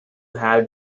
have